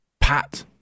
Pat